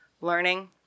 learning